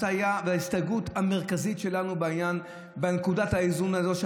ההסתייגות המרכזית שלנו בנקודת האיזון הזו היא